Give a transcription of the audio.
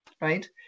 right